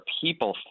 people